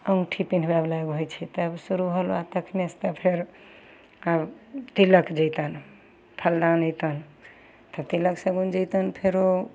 अंगूठी पहनबयवला एगो होइ छै तब शुरू होलो तखनेसँ तऽ फेर आब तिलक जेतनि फल्लाँ जेतनि तऽ तिलक शगुन जेतनि फेरो